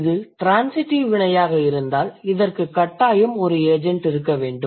இது ட்ரான்சிடிவ் வினையாக இருந்தால் இதற்கு கட்டாயம் ஒரு ஏஜெண்ட் இருக்க வேண்டும்